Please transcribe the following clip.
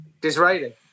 Disraeli